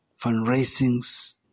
fundraisings